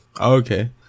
Okay